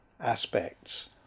aspects